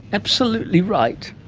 absolutely right.